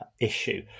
issue